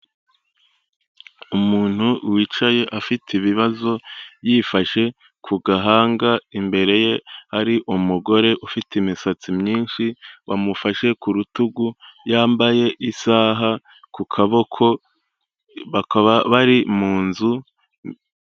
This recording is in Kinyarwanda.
Umuntu wicaye afite ibibazo yifashe ku gahanga, imbere ye hari umugore ufite imisatsi myinshi wamufashe ku rutugu, yambaye isaha ku kaboko bakaba bari mu nzu.